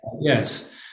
yes